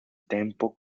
tempo